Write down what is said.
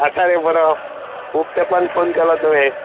आसा रे बरो खूब तेपान फोन केलो तुवें